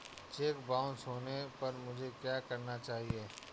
Check bounce होने पर मुझे क्या करना चाहिए?